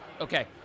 Okay